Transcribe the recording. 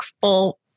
full-